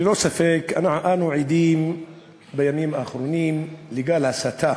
ללא ספק, אנו עדים בימים האחרונים לגל הסתה